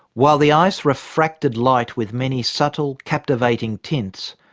while the ice refracted light with many subtle, captivating tints,